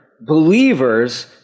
believers